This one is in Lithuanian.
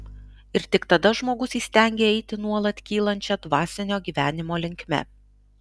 ir tik tada žmogus įstengia eiti nuolat kylančia dvasinio gyvenimo linkme